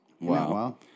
Wow